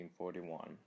1941